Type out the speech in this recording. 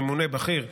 ממונה בכיר,